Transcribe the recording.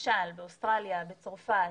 למשל באוסטרליה, בצרפת